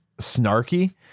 snarky